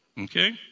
Okay